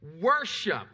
worship